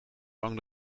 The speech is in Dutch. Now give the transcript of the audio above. lang